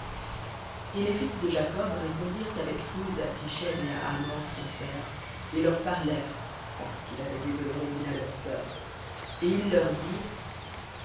et les fils de jacob répondirent avec ruse à sichem et à hamor son père et leur parlèrent parce qu'il avait déshonoré dina leur sœur et ils leur dirent